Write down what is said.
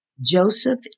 Joseph